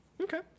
Okay